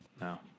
No